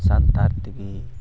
ᱥᱟᱱᱛᱟᱲ ᱛᱮᱜᱮ